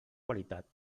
qualitat